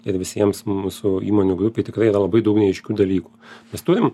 ir visiems mūsų įmonių grupei tikrai yra labai daug neaiškių dalykų mes turim